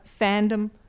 fandom